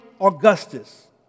Augustus